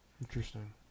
Interesting